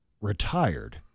retired